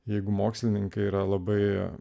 jeigu mokslininkai yra labai